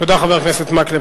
תודה רבה.